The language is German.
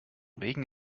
regen